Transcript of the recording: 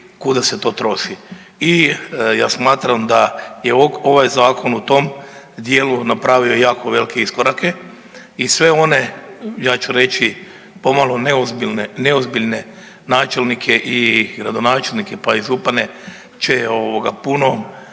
I ja smatram da je ovaj zakon u tom dijelu napravio jako velike iskorake i sve one ja ću reći pomalo neozbiljne načelnike i gradonačelnike pa i župane će puno